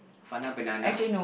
Fana banana